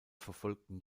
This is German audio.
verfolgten